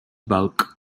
bulk